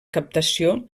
captació